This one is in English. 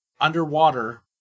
underwater